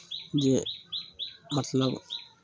जे मतलब